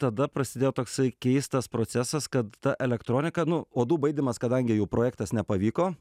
tada prasidėjo toksai keistas procesas kad ta elektronika nu uodų baidymas kadangi jų projektas nepavyko